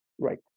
Right